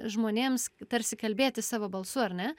žmonėms tarsi kalbėti savo balsu ar ne